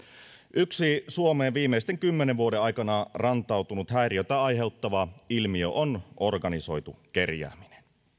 yksi suomeen viimeisten kymmenen vuoden aikana rantautunut häiriöitä aiheuttava ilmiö on organisoitu kerjääminen